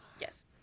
Yes